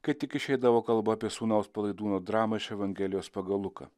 kai tik išeidavo kalba apie sūnaus palaidūno dramą iš evangelijos pagal luką